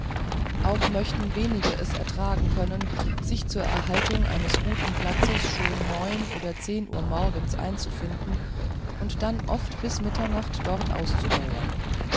auch möchten wenige es ertragen können sich zur erhaltung eines guten platzes schon um neun oder zehn uhr morgens einzufinden und dann oft bis mitternacht dort auszudauern